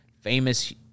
famous